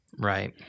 Right